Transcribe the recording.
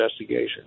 investigation